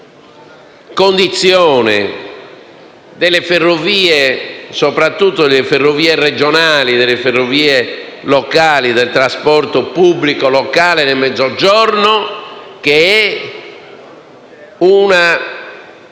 condizione delle ferrovie, soprattutto delle ferrovie regionali, delle ferrovie locali, del trasporto pubblico locale del Mezzogiorno, ormai